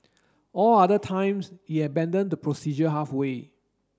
all other times it abandoned the procedure halfway